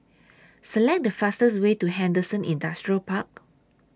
Select The fastest Way to Henderson Industrial Park